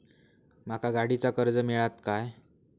माका गाडीचा कर्ज मिळात काय?